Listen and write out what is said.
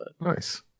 Nice